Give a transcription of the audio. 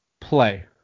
play